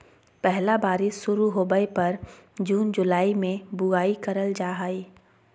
पहला बारिश शुरू होबय पर जून जुलाई में बुआई करल जाय हइ